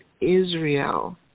Israel